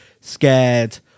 scared